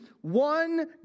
one